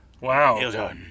wow